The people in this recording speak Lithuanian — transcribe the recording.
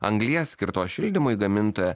anglies skirtos šildymui gamintoja